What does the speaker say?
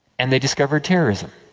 and they discovered terrorism.